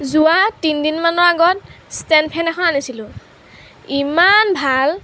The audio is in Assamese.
যোৱা তিনিদিন মানৰ আগত ষ্টেণ্ড ফেন এখন আনিছিলোঁ ইমান ভাল